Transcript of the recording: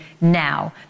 now